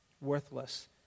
worthless